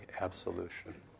absolution